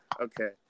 Okay